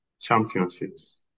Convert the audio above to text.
championships